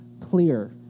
clear